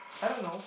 I don't know